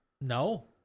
No